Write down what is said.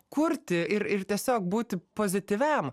kurti ir ir tiesiog būti pozityviam